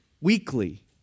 weekly